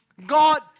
God